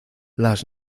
las